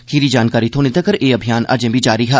खीरी जानकारी थ्होने तगर एह् अभियान अजें बी जारी ऐ